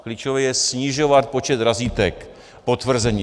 Klíčové je snižovat počet razítek a potvrzení.